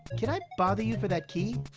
can i bother you for that key?